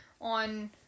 on